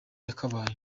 yakabaye